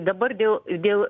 dabar dėl dėl